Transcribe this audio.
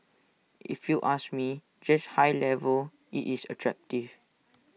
if you ask me just high level is IT attractive